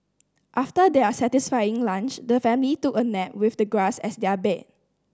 after their satisfying lunch the family took a nap with the grass as their bed